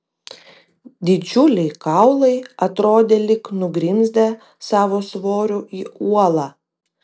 didžiuliai kaulai atrodė lyg nugrimzdę savo svoriu į uolą